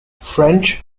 french